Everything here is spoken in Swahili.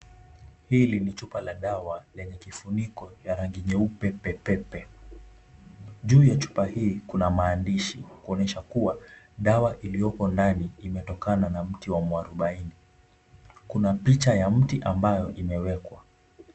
Hili ni chupa la dawa lenye kifuniko ya rangi nyeupe pepepe. Juu ya chupa hii kuna maandishi ya kuonyesha kuwa dawa ilioko ndani imetokana na mti wa mwarubaini. Kuna picha ya mti ambayo imewekwa.